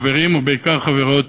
חברים, ובעיקר חברות,